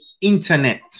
internet